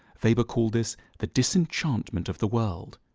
weber called this the disenchantment of the world.